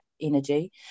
energy